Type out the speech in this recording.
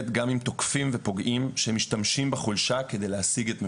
גם עם תוקפים ופוגעים שמשתמשים בחולשה כדי להשיג את מבוקשם.